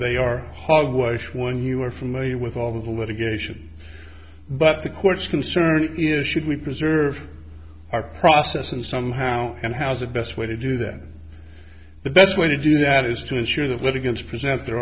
they are hogwash when you are familiar with all who had a geisha but the courts concern is should we preserve our process and somehow and how's the best way to do that the best way to do that is to ensure the litigants present their